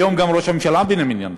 וגם היום ראש הממשלה הוא בנימין נתניהו.